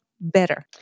better